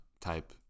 type